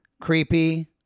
Creepy